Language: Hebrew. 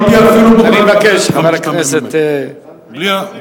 אני אומר שחמשת המ"מים זה בנאום הבא.